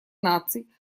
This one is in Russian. наций